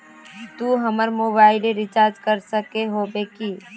तू हमर mobile recharge कर सके होबे की?